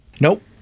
Nope